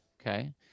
Okay